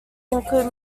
include